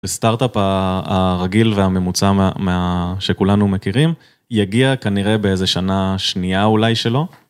וסטארט-אפ ה... הרגיל והממוצע מה... מה... שכולנו מכירים יגיע כנראה באיזה שנה... שנייה אולי שלא.